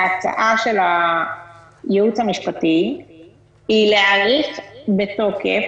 ההצעה של הייעוץ המשפטי היא להאריך את התוקף